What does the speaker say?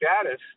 status